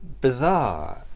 bizarre